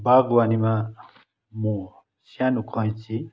बागवानीमा म सानो कैँची